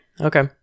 Okay